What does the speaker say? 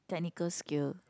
technical skill